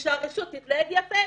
וכשהרשות תתנהג יפה,